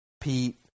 Pete